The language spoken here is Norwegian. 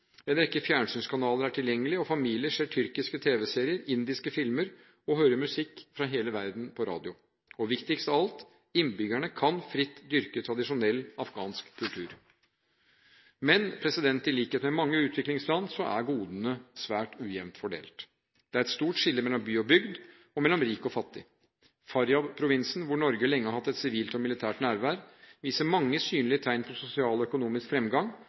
En rekke fjernsynskanaler er tilgjengelig, og familier ser tyrkiske tv-serier, indiske filmer og hører musikk fra hele verden på radio. Og viktigst av alt, innbyggerne kan fritt dyrke tradisjonell afghansk kultur. Men i likhet med mange andre utviklingsland er godene svært ujevnt fordelt. Det er et stort skille mellom by og bygd og mellom rik og fattig. Faryab-provinsen, hvor Norge lenge har hatt et sivilt og militært nærvær, viser mange synlige tegn på sosial og økonomisk fremgang